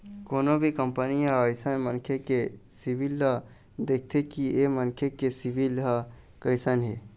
कोनो भी कंपनी ह अइसन मनखे के सिविल ल देखथे कि ऐ मनखे के सिविल ह कइसन हे